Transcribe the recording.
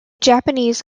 japanese